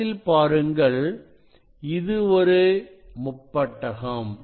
படத்தில் பாருங்கள் இது ஒரு முப்பட்டகம்